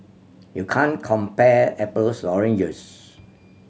you can't compare apples oranges